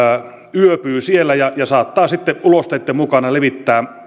yöpyy siellä ja ja saattaa sitten ulosteitten mukana levittää